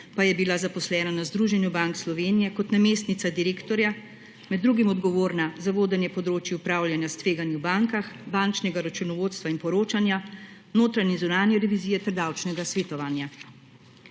pa je bila zaposlene na Združenju Bank Slovenije kot namestnica direktorja, med drugim odgovorna za vodenje področij upravljanja s tveganji v bankah, bančnega računovodstva in poročanja, notranje in zunanje revizije ter davčnega svetovanja.